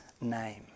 name